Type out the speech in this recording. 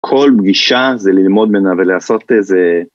כל פגישה זה ללמוד ממנה ולעשות איזה.